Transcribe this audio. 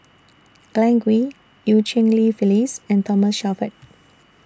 Glen Goei EU Cheng Li Phyllis and Thomas Shelford